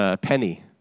Penny